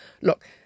look